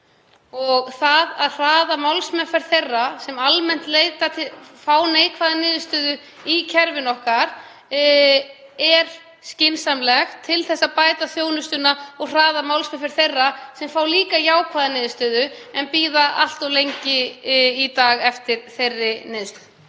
Það að hraða málsmeðferð þeirra sem fá neikvæða niðurstöðu í kerfinu okkar er skynsamlegt til að bæta þjónustuna og hraða málsmeðferð þeirra sem fá jákvæða niðurstöðu en bíða allt of lengi í dag eftir þeirri niðurstöðu.